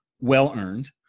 well-earned